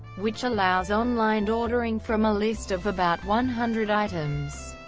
which allows online ordering from a list of about one hundred items.